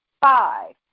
five